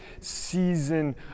season